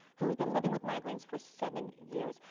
who has been living with migraines for seven years.